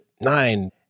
nine